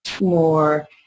more